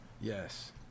Yes